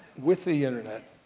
with the internet,